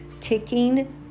ticking